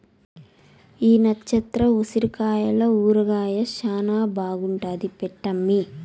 ఈ నచ్చత్ర ఉసిరికాయల ఊరగాయ శానా బాగుంటాది పెట్టమ్మీ